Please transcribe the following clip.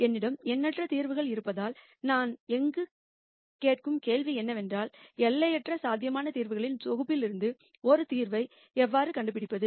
என்னிடம் எண்ணற்ற தீர்வுகள் இருப்பதால் நான் கேட்கும் கேள்வி என்னவென்றால் இன்பிநெட் பசிபிள் தீர்வுகளின் தொகுப்பிலிருந்து ஒரு தீர்வை எவ்வாறு கண்டுபிடிப்பது